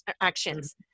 actions